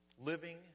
Living